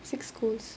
six schools